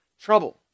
trouble